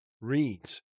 reads